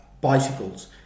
bicycles